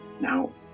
Now